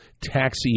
taxi